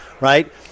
right